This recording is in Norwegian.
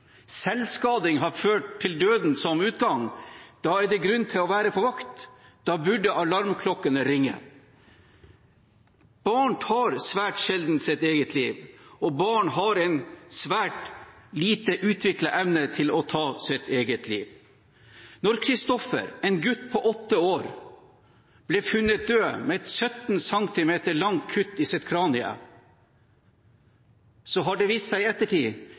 selvskading har hatt døden som utgang, er det grunn til å være på vakt – da burde alarmklokkene ringe. Barn tar svært sjelden sitt eget liv, barn har en svært lite utviklet evne til å ta sitt eget liv. Da Christoffer, en gutt på åtte år, ble funnet død med et 17 cm langt kutt i kraniet, viste det seg i ettertid